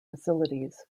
facilities